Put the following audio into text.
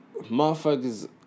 Motherfuckers